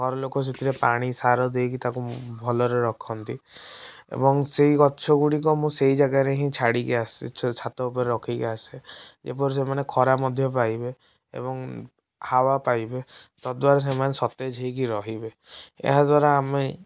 ଘରଲୋକ ସେଥିରେ ପାଣି ସାର ଦେଇକି ତାକୁ ଭଲରେ ରଖନ୍ତି ଏବଂ ସେଇ ଗଛ ଗୁଡ଼ିକ ମୁଁ ସେଇ ଜାଗାରେ ହିଁ ଛାଡ଼ିକି ଆସିଛି ଛାତ ଉପରେ ରଖିକି ଆସେ ଯେପରି ସେମାନେ ଖରା ମଧ୍ୟ ପାଇବେ ଏବଂ ହାୱା ପାଇବେ ତଦ୍ୱାରା ସେମାନେ ସତେଜ ହେଇକି ରହିବେ ଏହାଦ୍ୱାରା ଆମେ